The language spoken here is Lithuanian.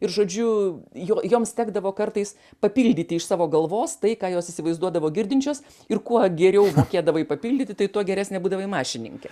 ir žodžiu jo joms tekdavo kartais papildyti iš savo galvos tai ką jos įsivaizduodavo girdinčios ir kuo geriau mokėdavai papildyti tai tuo geresnė būdavai mašininkė